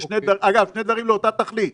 אגב, זה שני דברים לאותה תכלית.